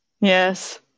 Yes